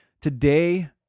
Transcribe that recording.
Today